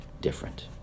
different